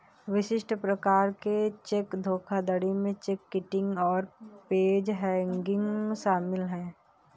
विशिष्ट प्रकार के चेक धोखाधड़ी में चेक किटिंग और पेज हैंगिंग शामिल हैं